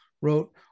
wrote